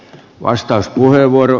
arvoisa puhemies